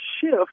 shift